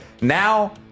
now